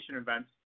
events